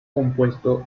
compuestos